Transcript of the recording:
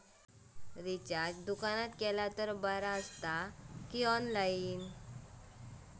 Recharge दुकानात केला तर बरा की ऑनलाइन?